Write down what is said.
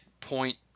point